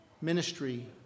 ministry